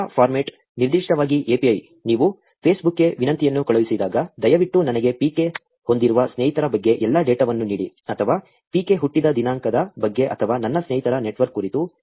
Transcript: data format ನಿರ್ದಿಷ್ಟವಾಗಿ API ನೀವು ಫೇಸ್ಬುಕ್ಗೆ ವಿನಂತಿಯನ್ನು ಕಳುಹಿಸಿದಾಗ ದಯವಿಟ್ಟು ನನಗೆ PK ಹೊಂದಿರುವ ಸ್ನೇಹಿತರ ಬಗ್ಗೆ ಎಲ್ಲಾ ಡೇಟಾವನ್ನು ನೀಡಿ ಅಥವಾ PK ಹುಟ್ಟಿದ ದಿನಾಂಕದ ಬಗ್ಗೆ ಅಥವಾ ನನ್ನ ಸ್ನೇಹಿತರ ನೆಟ್ವರ್ಕ್ ಕುರಿತು